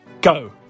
Go